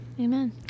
Amen